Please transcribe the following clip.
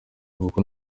kuko